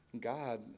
god